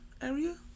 Area